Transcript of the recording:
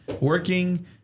Working